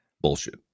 bullshit